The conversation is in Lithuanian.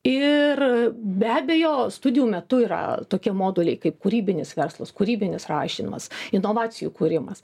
ir be abejo studijų metu yra tokie moduliai kaip kūrybinis verslus kūrybinis rašymas inovacijų kūrimas